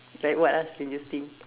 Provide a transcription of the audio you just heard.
like what ah strangest thing